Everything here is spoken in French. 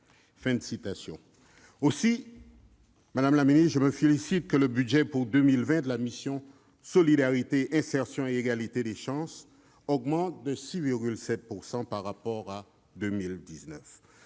le devoir n'est pas rempli. » Aussi, je me félicite que le budget pour 2020 de la mission « Solidarité, insertion et égalité des chances » augmente de 6,7 % par rapport à 2019.